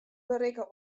berikke